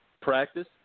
practice